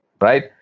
right